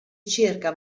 cerca